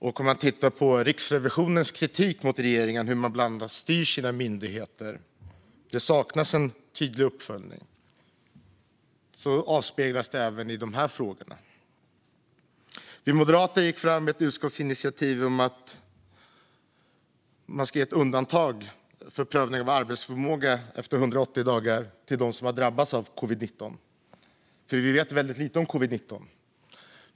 Enligt Riksrevisionens kritik av hur regeringen styr sina myndigheter saknas en tydlig uppföljning, och det avspeglas även i de frågorna. Moderaterna gick fram med ett utskottsinitiativ om att man ska ge ett undantag för prövning av arbetsförmåga efter 180 dagar för dem som har drabbats av covid-19, för vi vet väldigt lite om det.